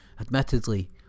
admittedly